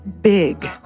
big